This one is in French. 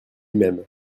même